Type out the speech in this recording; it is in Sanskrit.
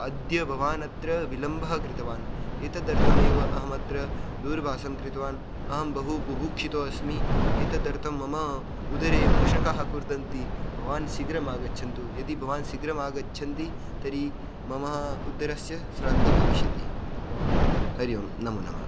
अद्य भवान् अत्र विलम्बं कृतवान् एतदर्थमेव अहम् अत्र दूरभाषां कृतवान् अहं बहु बुबुक्षितोस्मि एतदर्थं मम उदरे मूषकाः कूर्दन्ति भवान् शीघ्रम् आगच्छन्तु यदि भवान् शीघ्रम् आगच्छन्ति तर्हि मम उदरस्य श्रान्तिः भविष्यति ओं हरिः ओम् नमो नमः